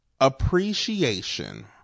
appreciation